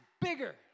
bigger